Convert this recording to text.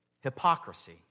hypocrisy